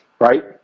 right